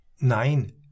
Nein